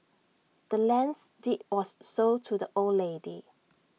the land's deed was sold to the old lady